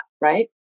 right